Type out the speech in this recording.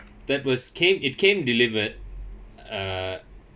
that was came it came delivered uh